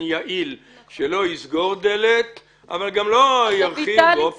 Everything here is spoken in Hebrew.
שלא יסגור דלת אבל גם לא ירחיב יותר מדי.